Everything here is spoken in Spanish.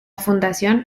fundación